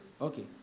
Okay